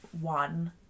one